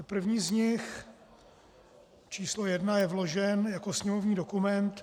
První z nich, číslo 1, je vložen jako sněmovní dokument 4169.